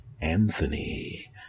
Anthony